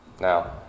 now